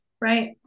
Right